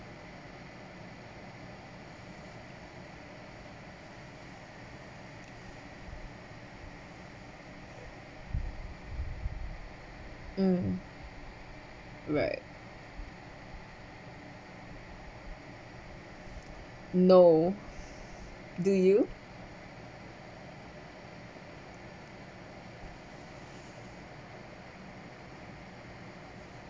mm right no do you